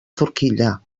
forquilla